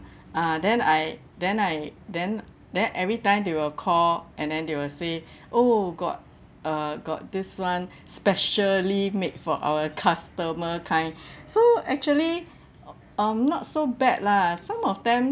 uh then I then I then then every time they will call and then they will say oh got uh got this one specially made for our customer kind so actually um not so bad lah some of them